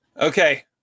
Okay